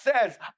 says